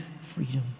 freedom